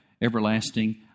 everlasting